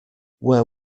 where